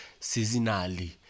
seasonally